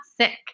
sick